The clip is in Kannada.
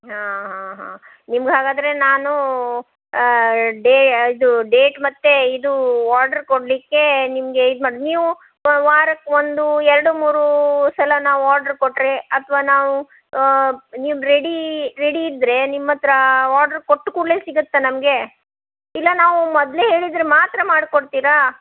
ಹಾಂ ಹಾಂ ಹಾಂ ನಿಮ್ಗೆ ಹಾಗಾದರೆ ನಾನು ಡೇ ಇದು ಡೇಟ್ ಮತ್ತು ಇದು ವಾರ್ಡ್ರು ಕೊಡಲಿಕ್ಕೆ ನಿಮಗೆ ಇದು ಮಾಡಿ ನೀವು ವಾರಕ್ಕೆ ಒಂದು ಎರಡು ಮೂರು ಸಲ ನಾವು ಆರ್ಡ್ರು ಕೊಟ್ಟರೆ ಅಥವಾ ನಾವು ನೀವು ರೆಡೀ ರೆಡಿ ಇದ್ದರೆ ನಿಮ್ಮ ಹತ್ತಿರ ಆರ್ಡ್ರು ಕೊಟ್ಟ ಕೂಡಲೆ ಸಿಗುತ್ತ ನಮಗೆ ಇಲ್ಲ ನಾವು ಮೊದಲೇ ಹೇಳಿದರೆ ಮಾತ್ರ ಮಾಡಿ ಕೊಡ್ತೀರಾ